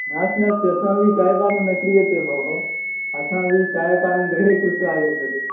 नास्ति नास्ति अस्माभिः चायपानं न क्रियते भोः अस्माभिः चायपानं गृहे कृत्वा आगम्यते